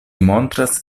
montras